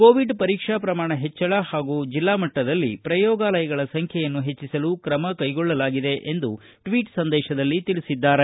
Covid ಪರೀಕ್ಷಾ ಪ್ರಮಾಣ ಪಚ್ಚಳ ಪಾಗೂ ಜಿಲ್ಡಾಮಟ್ಟದಲ್ಲಿ ಪ್ರಯೋಗಾಲಯಗಳ ಸಂಖ್ಯೆಯನ್ನು ಹೆಚ್ಚಿಸಲು ಕ್ರಮ ಕೈಗೊಳ್ಳಲಾಗಿದೆ ಎಂದು ಸಂದೇಶದಲ್ಲಿ ತಿಳಿಸಿದ್ದಾರೆ